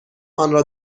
آنرا